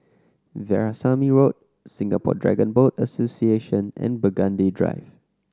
Veerasamy Road Singapore Dragon Boat Association and Burgundy Drive